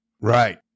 Right